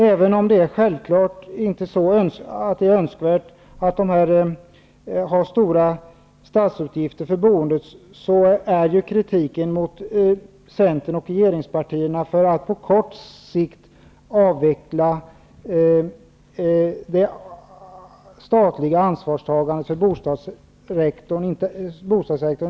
Även om det inte är önskvärt att ha stora statsutgifter för boendet är ju kritiken mot Centern och regeringspartierna att vi på kort sikt vill avveckla det statliga ansvarstagandet för bostadssektorn inte korrekt.